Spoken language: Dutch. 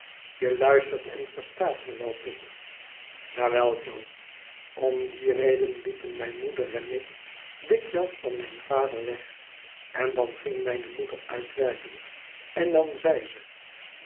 je luistert en verstaat me wel pip ja wel jo om die reden liepen mijne moeder en ik dikwijls van mijn vader weg en dan ging mijne moeder uit werken en dan zei ze